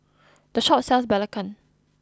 this shop sells Belacan